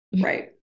Right